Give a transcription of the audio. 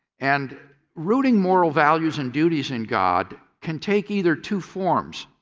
and rooting moral values and duties in god can take either two forms.